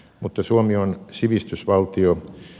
mutta suomi on sivistysvaltio